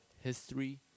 history